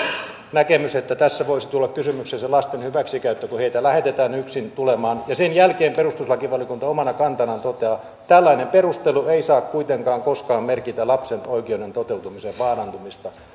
näkemys että tässä voisi tulla kysymykseen se lasten hyväksikäyttö kun heitä lähetetään yksin tulemaan ja sen jälkeen perustuslakivaliokunta omana kantanaan toteaa tällainen perustelu ei saa kuitenkaan koskaan merkitä lapsen oikeuden toteutumisen vaarantumista